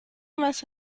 más